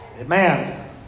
Amen